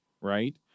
right